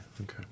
okay